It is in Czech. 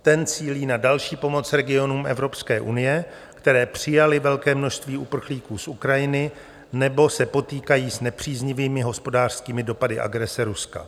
Ten cílí na další pomoc regionům Evropské unie, které přijaly velké množství uprchlíků z Ukrajiny nebo se potýkají s nepříznivými hospodářskými dopady agrese Ruska.